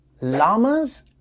Llamas